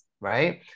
right